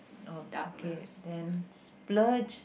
oh okay then splurge